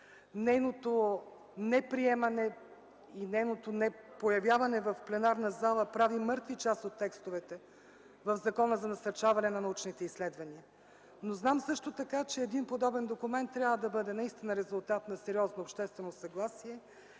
нейното неприемане и нейното непоявяване в пленарната зала прави мъртви част от текстовете в Закона за насърчаване на научните изследвания. Знам също така, че един подобен документ трябва да бъде наистина резултат на сериозно обществено съгласие